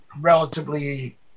relatively